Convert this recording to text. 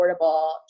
affordable